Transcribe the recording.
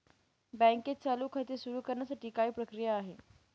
बँकेत चालू खाते सुरु करण्यासाठी काय प्रक्रिया आहे?